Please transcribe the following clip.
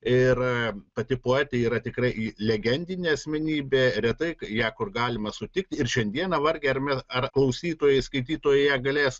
ir pati poetė yra tikrai legendinė asmenybė retai ją kur galima sutikti ir šiandieną vargiai ar mes ar klausytojai skaitytojai ją galės